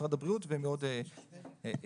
משרד הבריאות ומעוד גורמים.